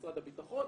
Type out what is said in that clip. משרד הביטחון,